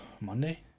Monday